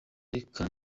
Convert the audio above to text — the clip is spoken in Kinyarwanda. reka